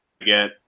get